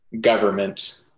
government